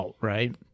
right